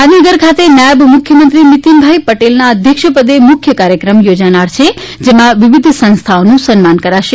ગાંધીનગર ખાતે નાયબ મુખ્યમંત્રી નીતિનભાઈ પટેલના અધ્યક્ષપદે મુખ્ય કાર્યક્રમ યોજાનાર છે જેમાં વિવિધ સંસ્થાઓનું સન્માન કરાશે